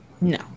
No